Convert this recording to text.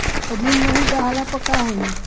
ऋण नही दहला पर का होइ?